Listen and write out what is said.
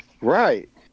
Right